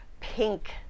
pink